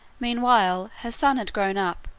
meanwhile, her son had grown up,